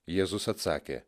jėzus atsakė